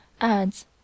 adds